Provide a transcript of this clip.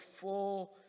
full